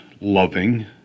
loving